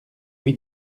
oui